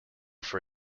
for